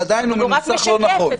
ועדיין הוא מנוסח לא נכון.